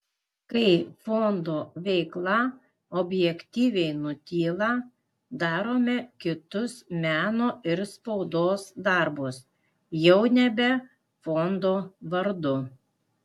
kai fondo veikla objektyviai nutyla darome kitus meno ir spaudos darbus jau nebe fondo vardu